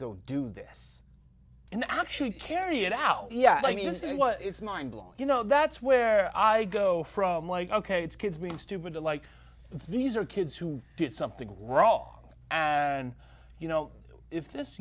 go do this and actually carry it out yeah i mean this is what it's mind blowing you know that's where i go from like ok it's kids being stupid like these are kids who did something wrong and you know if this